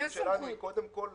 ההתנגדות שלנו היא קודם כול,